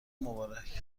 مبارک